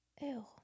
ew